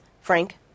Frank